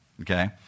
Okay